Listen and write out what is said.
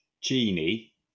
genie